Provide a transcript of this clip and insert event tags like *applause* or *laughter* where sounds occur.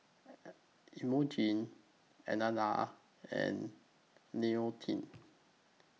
*hesitation* Emogene Elaina and Leontine